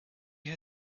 had